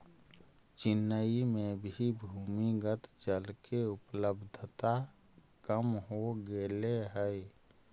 चेन्नई में भी भूमिगत जल के उपलब्धता कम हो गेले हई